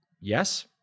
yes